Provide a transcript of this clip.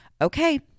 okay